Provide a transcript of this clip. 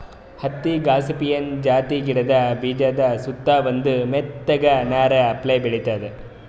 ಹತ್ತಿ ಗಾಸಿಪಿಯನ್ ಜಾತಿದ್ ಗಿಡದ ಬೀಜಾದ ಸುತ್ತಾ ಒಂದ್ ಮೆತ್ತಗ್ ನಾರ್ ಅಪ್ಲೆ ಬೆಳಿತದ್